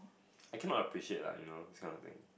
I cannot appreciate lah you know this kind of thing